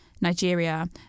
Nigeria